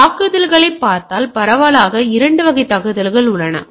எனவே தாக்குதல்களைப் பார்த்தால் பரவலாக 2 வகை தாக்குதல்கள் உள்ளன